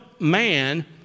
man